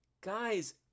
guys